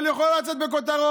אבל היא יכולה לצאת בכותרות,